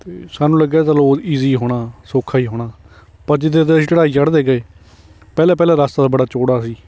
ਤਾਂ ਸਾਨੂੰ ਲੱਗਿਆ ਚਲੋ ਈਜ਼ੀ ਹੋਣਾ ਸੌਖਾ ਹੀ ਹੋਣਾ ਪਰ ਜਿੱਦਾਂ ਜਿੱਦਾਂ ਅਸੀਂ ਚੜ੍ਹਾਈ ਚੜ੍ਹਦੇ ਗਏ ਪਹਿਲਾਂ ਪਹਿਲਾਂ ਰਸਤਾ ਬੜਾ ਚੌੜਾ ਸੀ